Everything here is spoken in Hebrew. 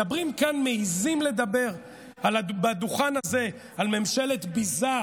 מדברים כאן, מעיזים לדבר בדוכן הזה על ממשלת ביזה,